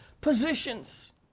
positions